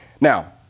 Now